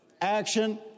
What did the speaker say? action